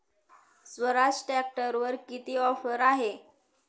स्वराज ट्रॅक्टरवर किती ऑफर आहे?